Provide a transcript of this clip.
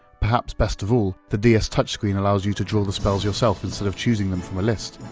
perhaps best of all, the ds touchscreen allows you to draw the spells yourself instead of choosing them from a list,